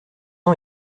ans